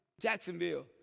Jacksonville